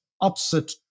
opposite